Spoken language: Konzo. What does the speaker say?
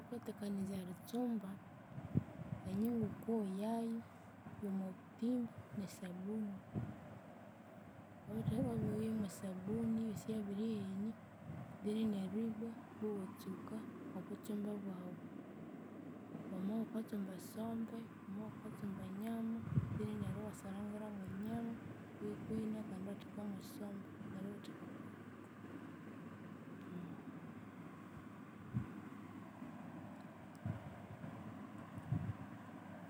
Wukathakanizya eritsumba enyungu wukowoyayu yomobuthimba nesabuni wabyoya mwesabuni eyosi yabihenia then neryu ibwa iwatsuka obutsumbe bwawu. Wama iwukatsumba esombe, wama wukatsumba enyama then neryu iwasarangira mwenyama kwihi nakandi iwatheka mwesombe neryu iwathekakoliku